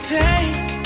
take